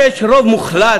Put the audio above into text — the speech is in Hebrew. שיש לה רוב מוחלט,